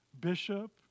bishop